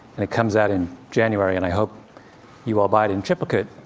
and it comes out in january, and i hope you all buy it in triplicate.